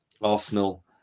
Arsenal